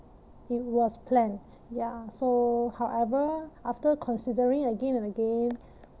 it was planned ya so however after considering again and again